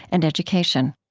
and education